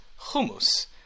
hummus